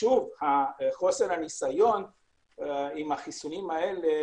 חוסר הניסיון עם החיסונים האלה,